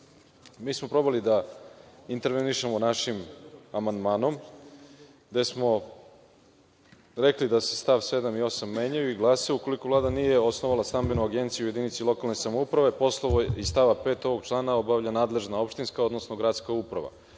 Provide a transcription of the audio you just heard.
smo probali da intervenišemo našim amandmanom, gde smo rekli da se stav 7. i 8. menjaju i glase – ukoliko Vlada nije osnovala stambenu agenciju u jedinici lokalne samouprave, poslove iz stava 5. ovog člana, obavlja nadležna opštinska, odnosno gradska uprava.